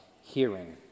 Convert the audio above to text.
hearing